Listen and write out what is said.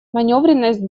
манёвренность